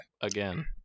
again